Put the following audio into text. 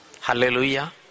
Hallelujah